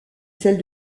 celle